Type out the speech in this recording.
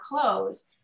clothes